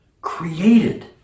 created